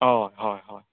होय होय होय